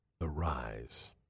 arise